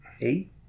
Eight